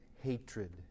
hatred